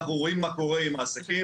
אנחנו רואים מה קורה עם העסקים.